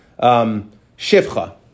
shivcha